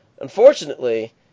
unfortunately